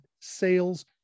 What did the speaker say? sales